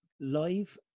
live